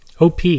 OP